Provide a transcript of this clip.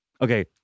Okay